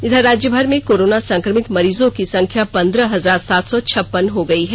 इधर राज्यभर में कोरोना संक्रमित मरीजों की संख्या पन्द्रह हजार सात सौ छप्पन हो गई है